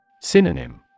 Synonym